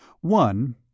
One